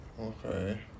Okay